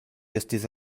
estis